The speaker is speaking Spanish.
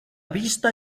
vista